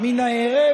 מן הערב,